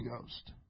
Ghost